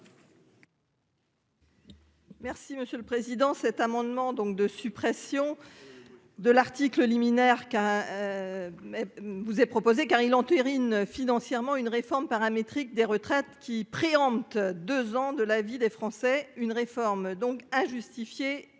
Merci Monsieur le Président. Cet amendement donc de suppression. De l'article liminaire, qu'un. Mais vous est proposé car il entérine financièrement une réforme paramétrique des retraites qui préempte 2 ans de la vie des Français. Une réforme donc injustifiées